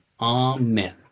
Amen